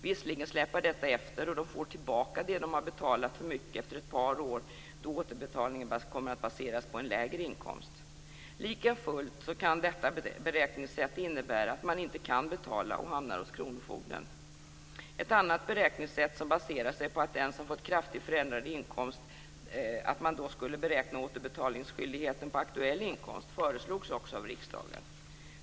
Visserligen släpar detta efter, och de får tillbaka det som de har betalat för mycket efter ett par år då återbetalningsbeloppet kommer att baseras på en lägre inkomst. Men likafullt kan detta beräkningssätt innebära att man inte kan betala och hamnar hos kronofogden. Ett annat beräkningssätt för den som fått kraftigt förändrad inkomst föreslogs också av riksdagen. Återbetalningsbeloppet skulle då beräknas på aktuell inkomst.